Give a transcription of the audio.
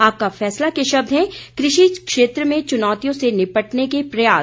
आपका फैसला के शब्द हैं कृषि क्षेत्र में चुनौतियों से निपटने के प्रयास